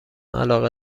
علاقه